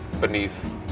beneath